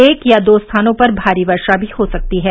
एक या दो स्थानों पर भारी वर्षा भी हो सकती है